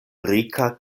rika